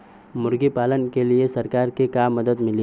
मुर्गी पालन के लीए सरकार से का मदद मिली?